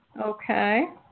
Okay